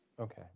Okay